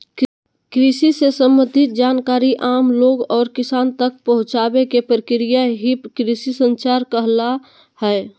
कृषि से सम्बंधित जानकारी आम लोग और किसान तक पहुंचावे के प्रक्रिया ही कृषि संचार कहला हय